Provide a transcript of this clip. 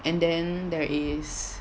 and then there is